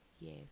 Yes